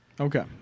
Okay